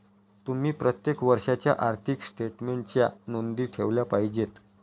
तुम्ही प्रत्येक वर्षाच्या आर्थिक स्टेटमेन्टच्या नोंदी ठेवल्या पाहिजेत